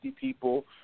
people